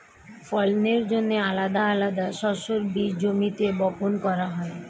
ফলনের জন্যে আলাদা আলাদা শস্যের বীজ জমিতে বপন করা হয়